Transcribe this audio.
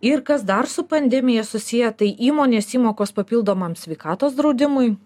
ir kas dar su pandemija susiję tai įmonės įmokos papildomam sveikatos draudimui